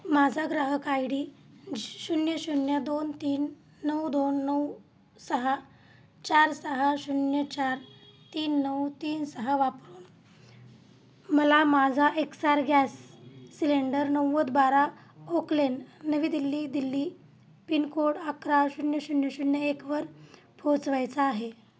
माझा ग्राहक ID शून्य शून्य दोन तीन नऊ दोन नऊ सहा चार सहा शून्य चार तीन नऊ तीन सहा वापरुन मला माझा एक्सआर गॅस सिलेंडर नव्वद बारा ओक लेन नवी दिल्ली दिल्ली पिनकोड अकरा शून्य शून्य शून्य एकवर पोचवायचा आहे